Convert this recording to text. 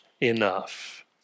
enough